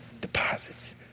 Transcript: deposits